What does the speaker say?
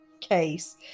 case